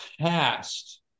past